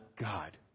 God